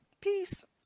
peace